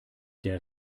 der